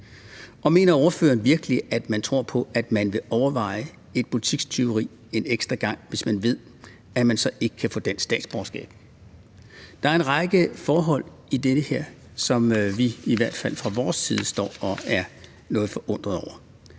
Og mener ordføreren virkelig, at man tror på, at nogen vil overveje et butikstyveri en ekstra gang, hvis man ved, at man så ikke kan få dansk statsborgerskab? Der er en række forhold i det her, som vi i hvert fald fra vores side er noget forundrede over.